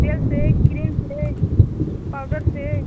तेल से कि क्रीम से पाउडर से